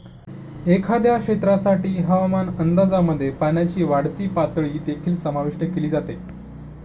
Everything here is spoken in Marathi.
एखाद्या क्षेत्रासाठी हवामान अंदाजामध्ये पाण्याची वाढती पातळी देखील समाविष्ट केली जाते